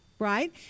right